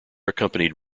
accompanied